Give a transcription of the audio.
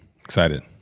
Excited